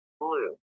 Blue